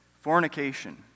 Fornication